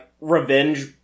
revenge